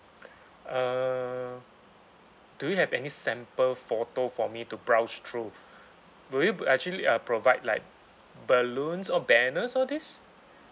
uh do you have any sample photo for me to browse through will you actually uh provide like balloons or banners all this